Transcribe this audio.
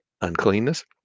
uncleanness